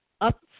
Up